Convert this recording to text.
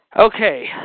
Okay